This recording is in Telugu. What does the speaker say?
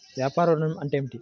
వ్యాపార ఋణం అంటే ఏమిటి?